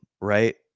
right